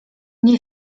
nie